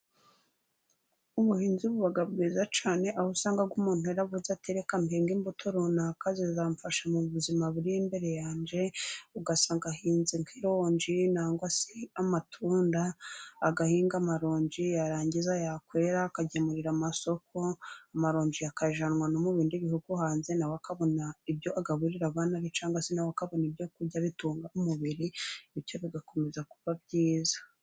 Ubuhinzi buba bwiza cyane, aho usanga nk'umuntu yaravuze ati reka mpinge imbuto runaka, zizamfasha mu buzima buri imbere yanjye. Ugasanga ahinze nk'ironji cyangwa se amatunda, agahinga amaronji yarangiza yakwera akagemurira amasoko, amaronji akajyanwa no mu bindi bihugu hanze na we akabona ibyo agaburira abana, cyangwa se na we akabona ibyo kurya bitunga umubiri bityo bigakomeza kuba byiza.